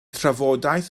trafodaeth